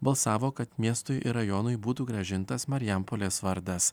balsavo kad miestui ir rajonui būtų grąžintas marijampolės vardas